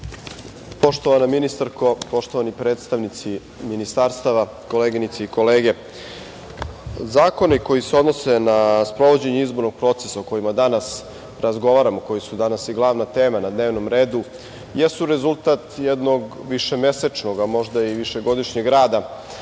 ministarko, poštovani predstavnici ministarstava, koleginice i kolege, zakoni koji se odnose na sprovođenje izbornih procesa o kojima danas razgovaramo, koji su danas glavna tema na dnevnom redu, jesu rezultat jednog višemesečnog, a možda i višegodišnjeg rada